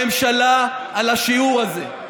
תודה לממשלה על השיעור הזה.